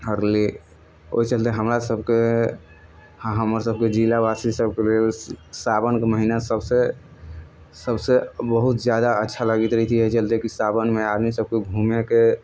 करली ओहि चलते हमरासभके हमरसभके जिलावासी सभके लेल सावनके महीना सभसँ सभसँ बहुत ज्यादा अच्छा लगैत रहितियै एहि चलते कि सावनमे आदमीसभके घूमयके